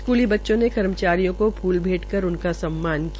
स्कूली बच्चों ने कर्मचारियों को फूल भेंट कर उनका सम्मान किया